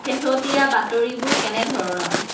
শেহতীয়া বাতৰিবোৰ কেনেধৰণৰ